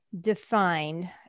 defined